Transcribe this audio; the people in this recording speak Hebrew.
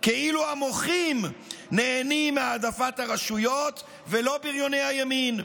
כאילו המוחים נהנים מהעדפת הרשויות ולא בריוני הימין.